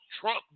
Trump